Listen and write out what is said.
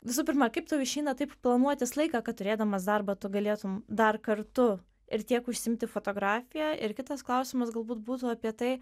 visų pirma kaip tau išeina taip planuotis laiką kad turėdamas darbą tu galėtum dar kartu ir tiek užsiimti fotografija ir kitas klausimas galbūt būtų apie tai